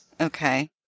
Okay